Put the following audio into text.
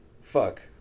fuck